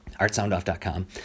Artsoundoff.com